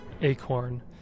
Acorn